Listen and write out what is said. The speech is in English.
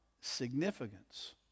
significance